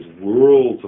worlds